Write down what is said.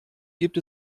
gibt